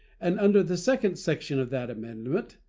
and under the second section of that amendment,